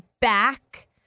back